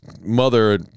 mother